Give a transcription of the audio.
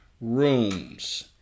rooms